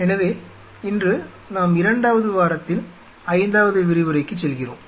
எனவே இன்று நாம் இரண்டாவது வாரத்தின் ஐந்தாவது விரிவுரைக்குச் செல்கிறோம்